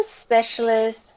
specialist